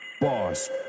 boss